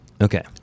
Okay